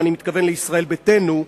ואני מתכוון לישראל ביתנו.